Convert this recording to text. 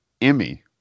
Emmy